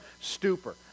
stupor